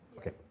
okay